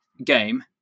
Game